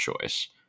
choice